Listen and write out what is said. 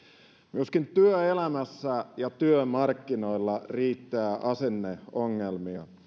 myöskin työelämässä ja työmarkkinoilla riittää asenneongelmia